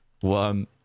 one